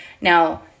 Now